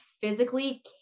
physically